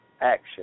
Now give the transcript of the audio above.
action